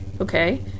okay